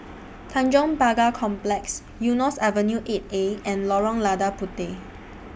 Tanjong Pagar Complex Eunos Avenue eight A and Lorong Lada Puteh